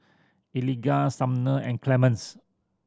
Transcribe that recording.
Eligah Sumner and Clemence